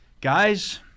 Guys